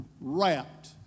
wrapped